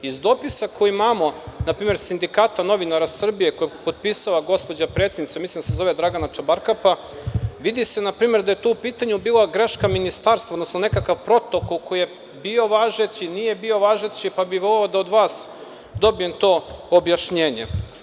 Iz dopisa koji imamo, npr. Sindikata novinara Srbije, koji je potpisala gospođa predsednica, mislim da se zove Dragana Čabarkapa, vidi se da je u pitanju greška ministarstva, odnosno nekakav protokol koji je bio važeći, nije bio važeći, pa bih voleo da od vas dobijem to objašnjenje.